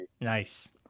Nice